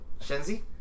Shenzi